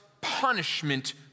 punishment